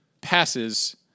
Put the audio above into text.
passes